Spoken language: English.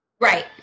Right